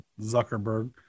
zuckerberg